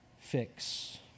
fix